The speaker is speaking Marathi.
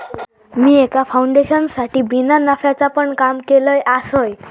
मी एका फाउंडेशनसाठी बिना नफ्याचा पण काम केलय आसय